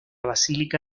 basílica